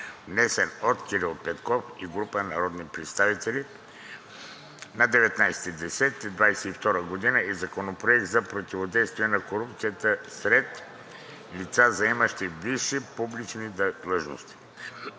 внесен от Кирил Петков Петков и група народни представители на 19 октомври 2022 г., и Законопроект за противодействие на корупцията сред лица, заемащи висши публични длъжности,